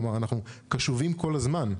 כלומר, אנחנו קשובים כל הזמן.